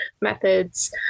methods